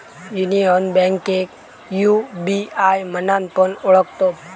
union बैंकेक UBI म्हणान पण ओळखतत